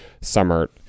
summer